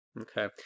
okay